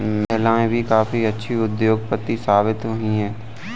महिलाएं भी काफी अच्छी उद्योगपति साबित हुई हैं